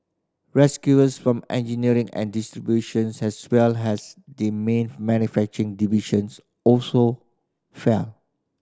from engineering and distributions as well as the man manufacturing divisions also fell